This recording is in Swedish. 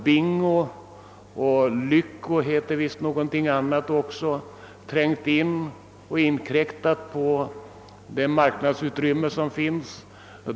Bingo och Lycko har trängt in och inkräktat på utrymmet.